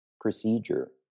procedure